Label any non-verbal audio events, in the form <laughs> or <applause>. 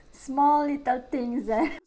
small little things <laughs> that